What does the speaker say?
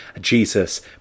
Jesus